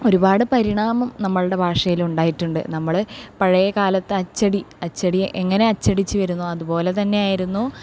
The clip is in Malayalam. ഒരുപാട് പരിണാമം നമ്മളുടെ ഭാഷയിൽ ഉണ്ടായിട്ടുണ്ട് നമ്മള് പഴയ കാലത്തെ അച്ചടി എങ്ങനെ അച്ചടിച്ചു വരുന്നു അതുപോലെ തന്നെയായിരുന്നു